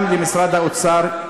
גם למשרד האוצר,